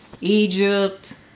Egypt